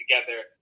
together